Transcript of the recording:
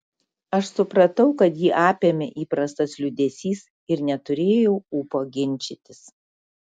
aš supratau kad jį apėmė įprastas liūdesys ir neturėjau ūpo ginčytis